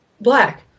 black